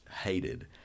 hated